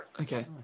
Okay